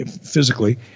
physically